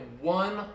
one